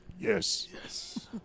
Yes